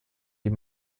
die